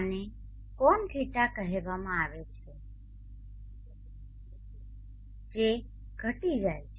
આને કોણ δ કહેવામાં આવે છે જે ઘટી જાય છે